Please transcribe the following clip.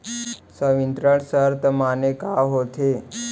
संवितरण शर्त माने का होथे?